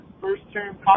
first-term